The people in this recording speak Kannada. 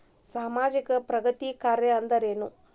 ಸಾಮಾಜಿಕ ಪ್ರಗತಿ ಕಾರ್ಯಾ ಅಂದ್ರೇನು?